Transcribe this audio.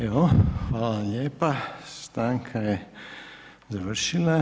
Evo hvala lijepa, stanka je završila.